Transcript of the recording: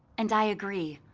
and i agree.